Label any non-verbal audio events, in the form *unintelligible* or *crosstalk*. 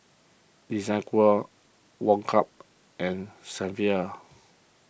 Desigual Woh Hup and Saint *unintelligible*